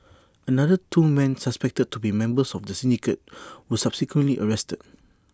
another two men suspected to be members of the syndicate were subsequently arrested